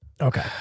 Okay